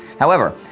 however,